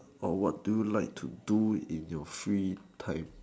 or what do you like to do in your free time